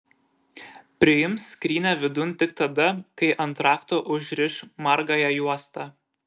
priims skrynią vidun tik tada kai ant rakto užriš margąją juostą